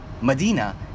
Medina